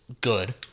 good